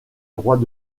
droits